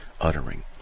uttering